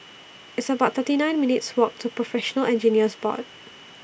It's about thirty nine minutes' Walk to Professional Engineers Board